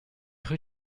rue